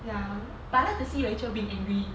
ya but I like to see rachel being angry